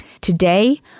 Today